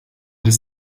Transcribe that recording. des